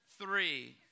Three